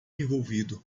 envolvido